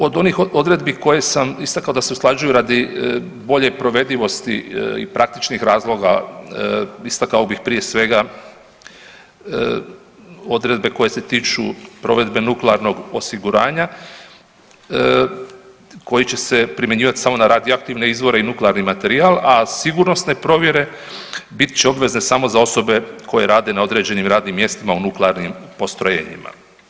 Od onih odredbi koje sam istakao da se usklađuju radi bolje provedivosti i praktičnih razloga, istakao bih, prije svega, odredbe koje se tiču provedbe nuklearnog osiguranja, koji će se primjenjivati samo na radioaktivne izvore i nuklearni materijal, a sigurnosne provjere bit će obvezne samo za osobe koje rade na određenim radnim mjestima u nuklearnim postrojenjima.